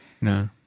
No